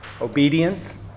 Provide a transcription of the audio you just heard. obedience